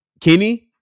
Kenny